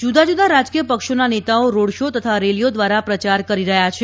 જુદાં જુદાં રાજકીય પક્ષોના નેતાઓ રોડ શો તથા રેલીઓ દ્વારા પ્રચાર કરી રહ્યા છે